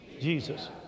Jesus